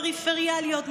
פריפריאליות,